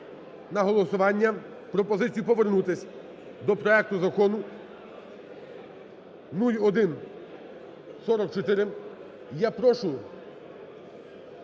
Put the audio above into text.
на голосування пропозицію повернутися до проекту Закону 0144. Я прошу